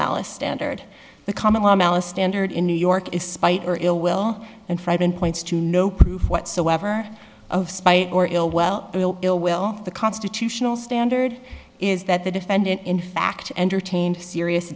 malice standard the common law malice standard in new york is spite or ill will and fred and points to no proof whatsoever of spite or ill well ill will the constitutional standard is that the defendant in fact entertained serious